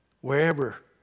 Wherever